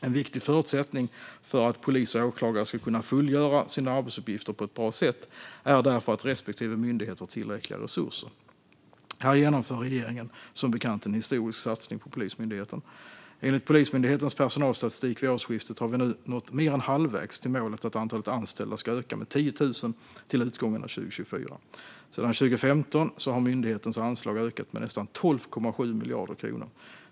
En viktig förutsättning för att polis och åklagare ska kunna fullgöra sina arbetsuppgifter på ett bra sätt är därför att respektive myndighet har tillräckliga resurser. Här genomför regeringen som bekant en historisk satsning på Polismyndigheten. Enligt Polismyndighetens personalstatistik vid årsskiftet har vi nu nått mer än halvvägs till målet att antalet anställda ska öka med 10 000 till utgången av 2024. Sedan 2015 har myndighetens anslag ökat med nästan 12,7 miljarder kronor.